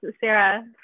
Sarah